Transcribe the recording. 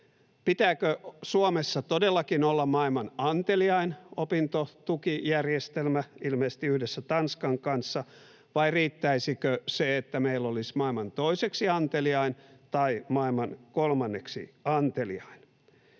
Pitääkö Suomessa todellakin olla maailman anteliain opintotukijärjestelmä, ilmeisesti yhdessä Tanskan kanssa, vai riittäisikö se, että meillä olisi maailman toiseksi anteliain tai maailman kolmanneksi anteliain?